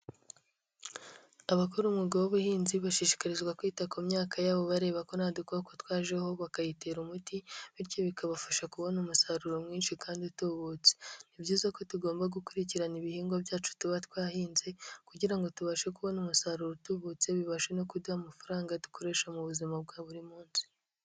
Abakora umwuga w'ubuhinzi bashishikarizwa kwita ku myaka yabo bareba ko nta dukoko twajeho bakayitera umuti bityo bikabafasha kubona umusaruro mwinshi kandi utubutse, ni byiza ko tugomba gukurikirana ibihingwa byacu tuba twahinze kugira ngo tubashe kubona umusaruro utubutse bibashe no kuduha amafaranga dukoresha mu buzima bwa buri munsi.